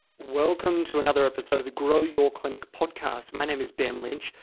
welcome to another episode of the grow your clinic podcast. my name is ben lynch.